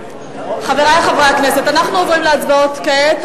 חברי חברי הכנסת, אנחנו עוברים להצבעות כעת.